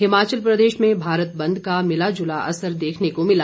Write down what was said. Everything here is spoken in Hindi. हिमाचल प्रदेश में भारत बंद का मिला जुला असर देखने को मिला